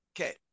Okay